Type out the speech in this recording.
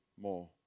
more